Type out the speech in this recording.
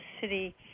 city